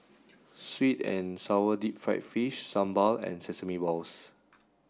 sweet and sour deep fried fish sambal and sesame balls